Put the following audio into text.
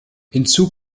hinzu